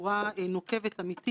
דרך ועדת הריכוזיות,